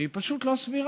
והיא פשוט לא סבירה.